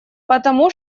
потому